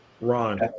Ron